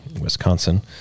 Wisconsin